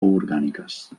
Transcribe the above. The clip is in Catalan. orgàniques